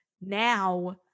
now